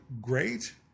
great